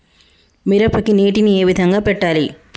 మిరపకి నీటిని ఏ విధంగా పెట్టాలి?